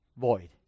void